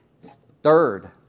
Third